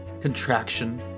contraction